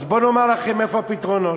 בואו נאמר לכם איפה הפתרונות: